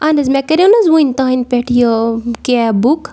اہَن حظ مےٚ کَریٛو نہ حظ وٕنۍ تُہٕنٛدِ پٮ۪ٹھ یہِ کیب بُک